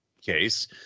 case